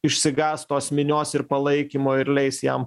išsigąs tos minios ir palaikymo ir leis jam